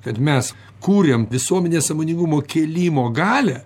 kad mes kuriam visuomenės sąmoningumo kėlimo galią